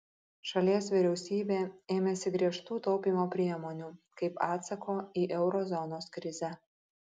šalies vyriausybė ėmėsi griežtų taupymo priemonių kaip atsako į euro zonos krizę